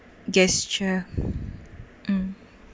gesture uh